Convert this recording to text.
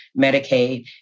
medicaid